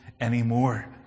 anymore